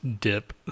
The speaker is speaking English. dip